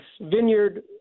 vineyard